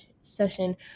session